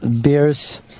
beers